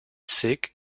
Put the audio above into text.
sick